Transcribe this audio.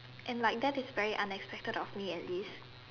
and like that is very unexpected of me at least